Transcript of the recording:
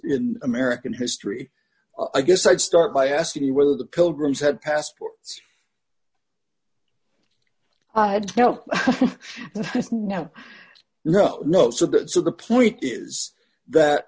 in american history i guess i'd start by asking you whether the pilgrims had passports i had no no no so the point is that